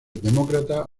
demócrata